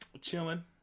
Chilling